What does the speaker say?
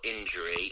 injury